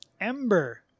Ember